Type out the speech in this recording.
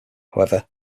however